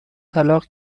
طلاق